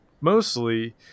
mostly